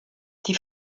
die